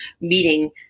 meeting